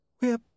We're